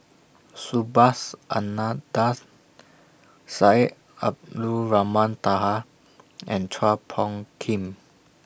Subhas Anandan Syed Abdulrahman Taha and Chua Phung Kim